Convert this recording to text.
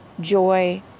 joy